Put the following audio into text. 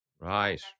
Right